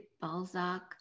Balzac